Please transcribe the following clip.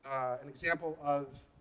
an example of